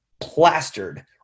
Plastered